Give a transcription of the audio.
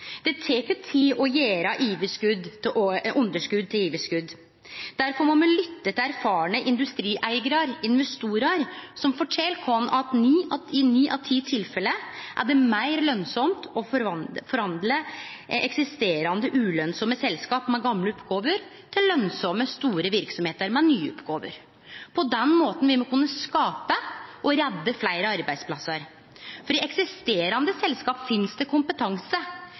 Det tek tid å gjere underskot til overskot. Derfor må me lytte til erfarne industrieigarar, investorar, som fortel oss at i ni av ti tilfelle er det meir lønsamt å forvandle eksisterande, ulønsame selskap med gamle oppgåver til lønsame, store verksemder med nye oppgåver. På den måten vil me kunne skape og redde fleire arbeidsplassar. For i eksisterande selskap finst det kompetanse,